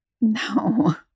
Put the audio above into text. No